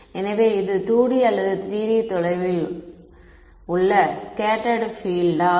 எனவே இது 2D அல்லது 3D தொலைவில் உள்ள ஸ்கேட்டர்டு பீல்ட் ஆ